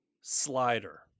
slider